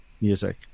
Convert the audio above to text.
music